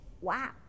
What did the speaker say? Wow